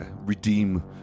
redeem